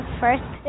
first